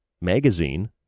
Magazine